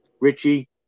Richie